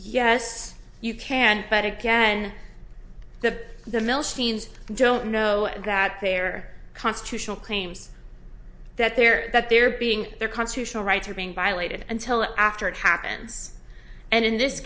yes you can but again the the milstein's don't know that their constitutional claims that they're that they're being their constitutional rights are being violated until after it happens and in this